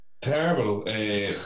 Terrible